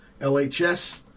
LHS